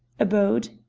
abode?